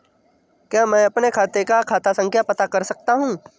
क्या मैं अपने खाते का खाता संख्या पता कर सकता हूँ?